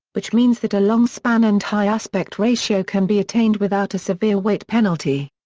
which means that a long span and high aspect ratio can be attained without a severe weight penalty.